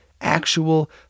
actual